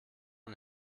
und